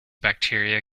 bacteria